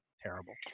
Terrible